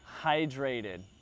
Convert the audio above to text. hydrated